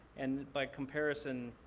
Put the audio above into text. and by comparison,